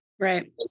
Right